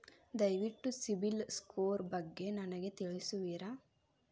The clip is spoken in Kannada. ದಯವಿಟ್ಟು ಸಿಬಿಲ್ ಸ್ಕೋರ್ ಬಗ್ಗೆ ನನಗೆ ತಿಳಿಸುವಿರಾ?